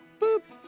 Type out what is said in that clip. boop,